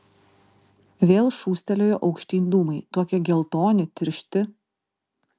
vėl šūstelėjo aukštyn dūmai tokie geltoni tiršti